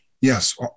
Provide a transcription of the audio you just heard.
Yes